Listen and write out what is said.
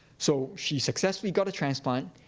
so she successfully got a transplant.